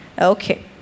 Okay